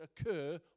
occur